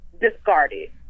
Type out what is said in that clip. discarded